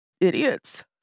idiots